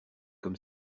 comme